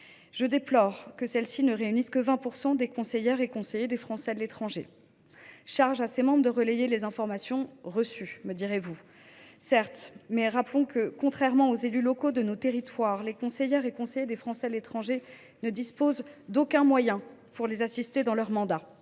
Je déplore que l’AFE ne réunisse que 20 % des conseillères et des conseillers des Français de l’étranger. À charge pour ses membres de relayer les informations reçues, me direz vous ! Soit, mais rappelons que, contrairement aux élus locaux de nos territoires, les conseillères et les conseillers des Français de l’étranger ne disposent d’aucun moyen d’assistance dans